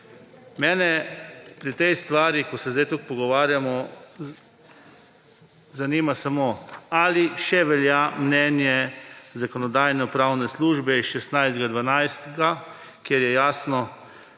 Mene pri tej stvari, ko se zdaj toliko pogovarjamo, zanima samo, ali še velja mnenje Zakonodajno-pravne službe iz 16. 12., kjer je jasno